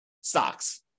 stocks